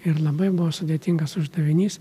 ir labai buvo sudėtingas uždavinys